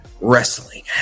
Wrestling